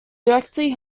directly